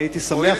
אני הייתי שמח,